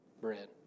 bread